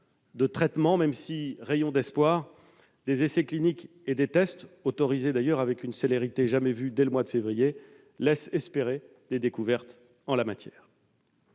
de traitement, même si -rayon d'espoir -des essais cliniques et des tests, autorisés d'ailleurs avec une célérité jamais vue dès le mois de février, laissent espérer des découvertes en la matière.